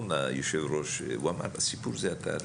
היושב-ראש אמר נכון, הסיפור זה התהליך.